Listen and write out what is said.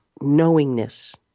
knowingness